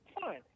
Fine